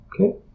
Okay